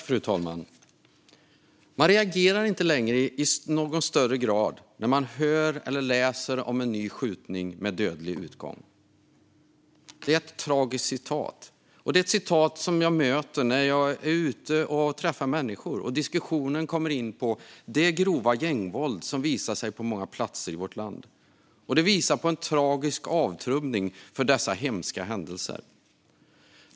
Fru talman! "Man reagerar inte längre i någon större grad när man hör eller läser om en ny skjutning med dödlig utgång." Det är ett tragiskt citat som jag möter när jag är ute och träffar människor och diskussionen kommer in på det grova gängvåld som visar sig på många platser i vårt land. Det visar på en tragisk avtrubbning mot dessa hemska händelser.